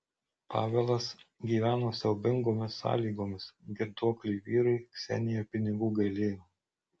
pavelas gyveno siaubingomis sąlygomis girtuokliui vyrui ksenija pinigų gailėjo